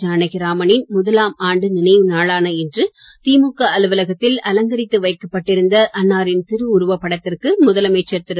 ஜானகிராமனின் முதலாம் ஆண்டு நினைவுநாளான இன்று திமுக அலுவலகத்தில் அலங்கரித்து வைக்கப்பட்டிருந்த அன்னாரின் திருவுறுவப் படத்திற்கு முதலமைச்சர் திரு